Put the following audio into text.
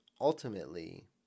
ultimately